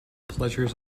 pleasures